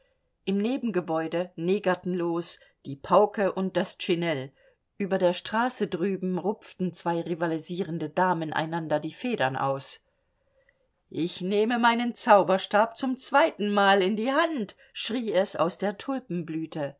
im nebengebäude negerten los die pauke und das tschinell über der straße drüben rupften zwei rivalisierende damen einander die federn aus ich nehme meinen zauberstab zum zweitenmal in die hand schrie es aus der